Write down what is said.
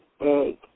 egg